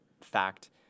fact